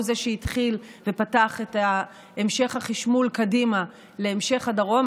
הוא שהתחיל ופתח את המשך החשמול קדימה להמשך הדרום.